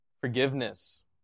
forgiveness